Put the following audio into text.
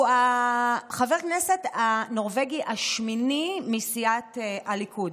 הוא חבר הכנסת הנורבגי השמיני מסיעת הליכוד,